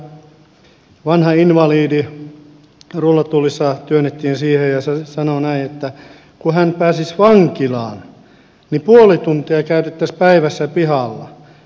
siellä vanha invalidi rullatuolissa työnnettiin siihen ja hän sanoi näin että kun hän pääsisi vankilaan niin puoli tuntia käytettäisiin päivässä pihalla